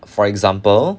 for example